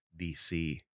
DC